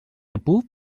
epub